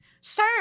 Sir